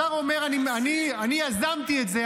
השר אומר: אני יזמתי את זה,